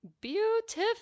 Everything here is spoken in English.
Beautiful